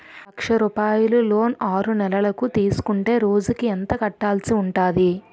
లక్ష రూపాయలు లోన్ ఆరునెలల కు తీసుకుంటే రోజుకి ఎంత కట్టాల్సి ఉంటాది?